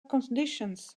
conditions